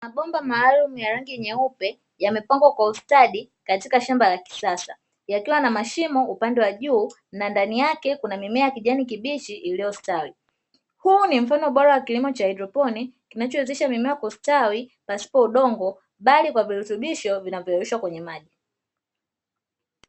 Mabomba maalumu ya rangi nyeupe yamepangwa kwa ustadi katika shamba la kisasa yakiwa na mashimo kwa upande wa juu na ndani yake kuna mimea ya kijani kibichi iliyostawi. Huu ni mfano bora wa kilimo cha hadroponia kinachowezesha mimea kustawi bila udongo, bali kwa virutubisho vinavyoyeyushwa kwenye maji.